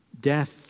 Death